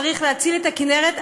צריך להציל את הכינרת,